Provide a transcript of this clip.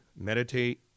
meditate